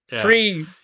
free